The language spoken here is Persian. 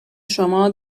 شما